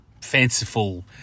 fanciful